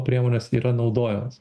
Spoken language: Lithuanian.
priemonės yra naudojamos